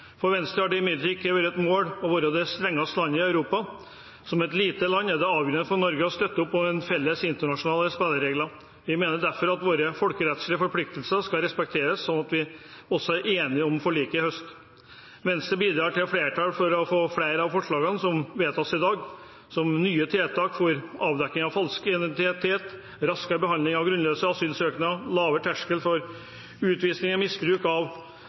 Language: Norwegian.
For Venstre har det imidlertid ikke vært noe mål å være det strengeste landet i Europa. Som et lite land er det avgjørende for Norge å støtte opp om de felles internasjonale spillereglene. Vi mener derfor at våre folkerettslige forpliktelser skal respekteres, som vi også var enige om i forliket i høst. Venstre bidrar til flertall for flere av forslagene som vedtas i dag, som nye tiltak for avdekking av falsk identitet, raskere behandling av grunnløse asylsøknader, lavere terskel for utvisning ved misbruk av